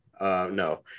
No